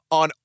on